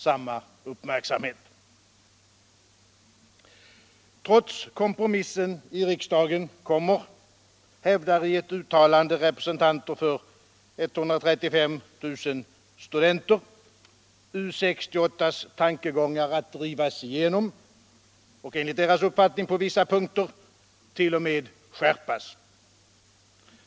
samma uppmärksamhet. Trots kompromissen i riksdagen kommer, hävdar i ett uttalande representanter för 135 000 studenter, U 68:s tankegångar att drivas igenom och. enligt deras uppfattning, på vissa punkter 1. o. m. skärpas.